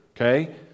okay